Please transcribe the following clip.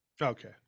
okay